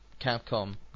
Capcom